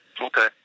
Okay